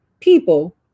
people